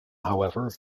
however